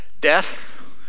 Death